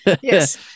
Yes